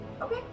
Okay